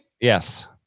Yes